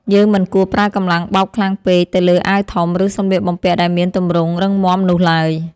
យើងមិនគួរប្រើកម្លាំងបោកខ្លាំងពេកទៅលើអាវធំ ឬសម្លៀកបំពាក់ដែលមានទម្រង់រឹងមាំនោះឡើយ។